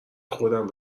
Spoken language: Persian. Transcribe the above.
خودم